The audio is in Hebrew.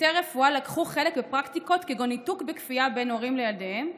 צוותי רפואה לקחו חלק בפרקטיקות כגון ניתוק בכפייה בין הורים לילדיהם,